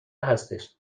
هستش